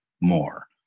more